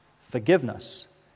forgiveness